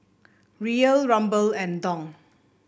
Riyal Ruble and Dong